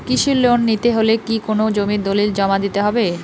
কৃষি লোন নিতে হলে কি কোনো জমির দলিল জমা দিতে হবে?